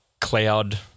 cloud